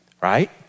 right